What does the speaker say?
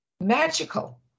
magical